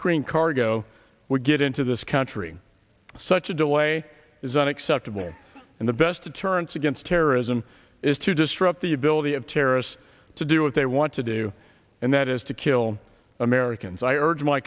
screen cargo would get into this country such a delay is unacceptable and the best deterrence against terrorism is to disrupt the ability of terrorists to do what they want to do and that is to kill americans i urge my